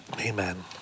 Amen